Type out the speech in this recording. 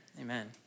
Amen